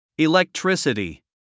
Electricity